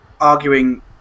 arguing